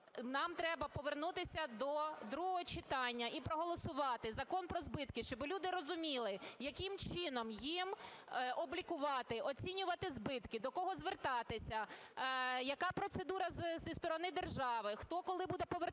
Нам треба повернутися до другого читання і проголосувати Закон про збитки, щоб люди розуміли, яким чином їм облікувати, оцінювати збитки, до кого звертатися, яка процедура зі сторони держави, хто, коли буде повертати